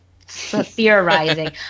theorizing